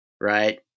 Right